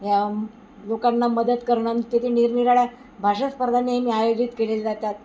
या लोकांना मदत करणं तेथे निरनिराळ्या भाषा स्पर्धा नेहमी आयोजित केले जातात